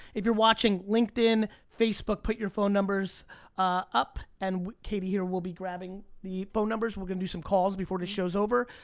if you're watching, linkedin, facebook, put your phone numbers up, and katie here will be grabbing the phone numbers. we're gonna do some calls before the show is over,